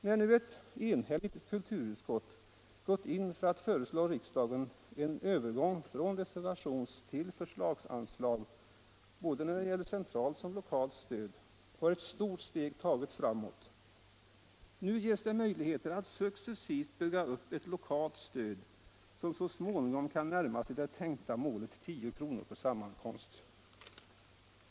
När nu ett enhälligt kulturutskott gått in för att föreslå riksdagen en övergång från reservationstill förslagsanslag i fråga om både centralt och lokalt stöd har ett stort steg tagits framåt. Nu ges det möjligheter att successivt bygga upp ett lokalt stöd som så småningom kan närma sig det tänkta målet — 10 kr. per sammankomst.